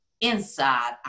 inside